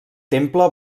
temple